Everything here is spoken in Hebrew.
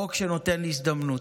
חוק שנותן הזדמנות.